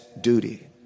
duty